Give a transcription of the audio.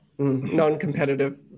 Non-competitive